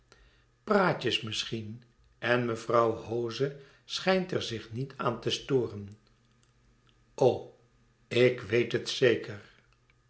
praatjes misschien en mevrouw hoze schijnt er zich niet aan te storen o ik weet het zeker